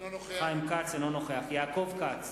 אינו נוכח יעקב כץ,